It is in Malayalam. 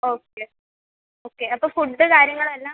ഓക്കേ ഓക്കേ അപ്പോൾ ഫുഡ് കാര്യങ്ങളെല്ലാം